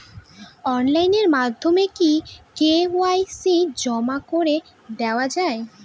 Online মাধ্যমে কি KYC জমা করে দেওয়া য়ায়?